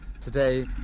today